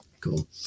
cool